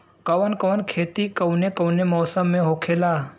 कवन कवन खेती कउने कउने मौसम में होखेला?